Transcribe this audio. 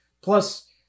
Plus